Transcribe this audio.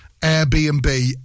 Airbnb